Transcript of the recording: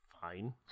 Fine